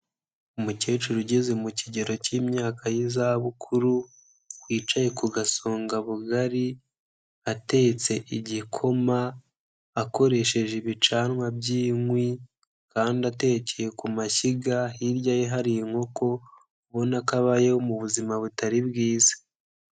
Umukecuru ugeze mu kigero cy'imyaka y'izabukuru, yicaye ku gasonga bugari, atetse igikoma, akoresheje ibicanwa by'inkwi kandi atekeye ku mashyiga, hirya ye hari inkoko, ubona ko abayeho mu buzima butari bwiza.